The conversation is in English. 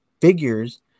figures